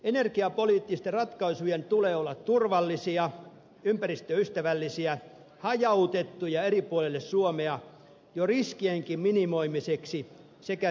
energiapoliittisten ratkaisujen tulee olla turvallisia ympäristöystävällisiä hajautettuja eri puolille suomea jo riskienkin minimoimiseksi sekä työllistäviä